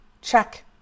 check